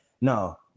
No